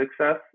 success